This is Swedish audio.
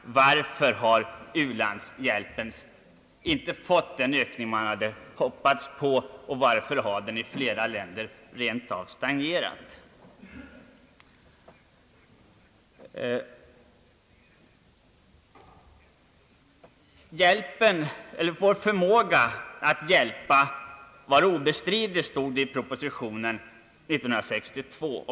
Varför har u-landshjälpen inte fått den ökning man hade hoppats på, och varför har den i flera länder rent av stagnerat? Vår förmåga att hjälpa var obestridlig, hette det i propositionen 1962.